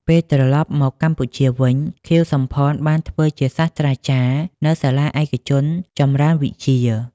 ពេលត្រឡប់មកកម្ពុជាវិញ ខៀវ សំផន បានធ្វើជាសាស្រ្តាចារ្យនៅសាលាឯកជនចម្រើនវិជ្ជា។